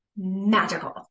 magical